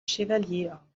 chevalier